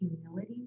humility